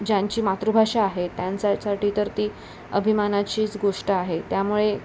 ज्यांची मातृभाषा आहे त्यांच्यासाठी तर ती अभिमानाचीच गोष्ट आहे त्यामुळे